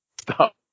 stop